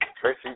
Tracy